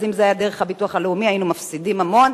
אז אם זה היה דרך הביטוח הלאומי היינו מפסידים המון.